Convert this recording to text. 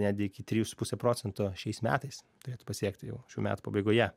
netgi iki trijų su puse procento šiais metais turėtų pasiekti jau šių metų pabaigoje